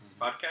podcast